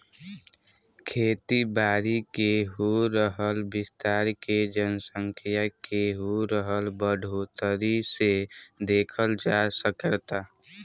खेती बारी के हो रहल विस्तार के जनसँख्या के हो रहल बढ़ोतरी से देखल जा सकऽता